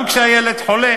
גם כשהילד חולה